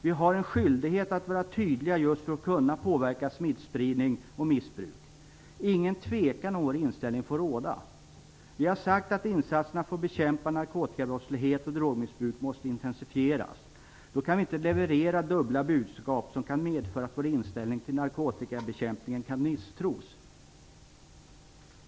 Vi har en skyldighet att vara tydliga just för att kunna påverka smittspridning och missbruk. Ingen tvekan om vår inställning får råda. Vi har sagt att insatserna för att bekämpa narkotikabrottslighet och drogmissbruk måste intensifieras. Då kan vi inte leverera dubbla budskap som kan medföra att vår inställning till narkotikabekämpningen kan misstros.